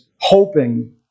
hoping